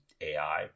AI